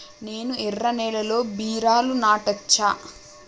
నేను ఎర్ర నేలలో బీరలు నాటచ్చా?